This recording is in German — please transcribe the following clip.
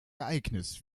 ereignis